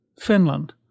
Finland